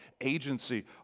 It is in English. agency